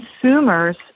Consumers